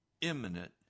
imminent